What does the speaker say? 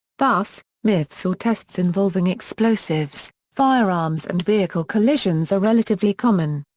thus, myths or tests involving explosives, firearms and vehicle collisions are relatively common.